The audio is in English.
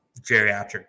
geriatric